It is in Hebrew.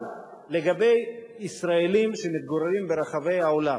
אבל לגבי ישראלים שמתגוררים ברחבי העולם